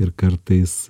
ir kartais